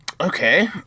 Okay